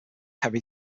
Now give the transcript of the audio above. heavy